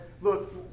look